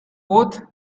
both